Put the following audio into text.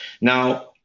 now